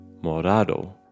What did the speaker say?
morado